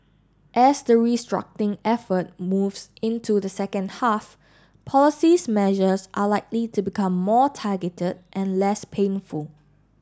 as the restructuring effort moves into the second half policies measures are likely to become more targeted and less painful